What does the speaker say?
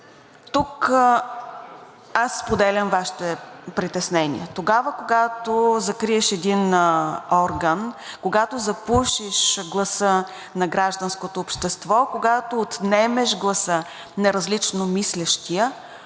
Тук аз споделям Вашите притеснения. Тогава, когато закриеш един орган, когато запушиш гласа на гражданското общество, когато отнемеш гласа на различно мислещия,